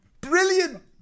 Brilliant